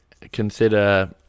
consider